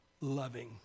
loving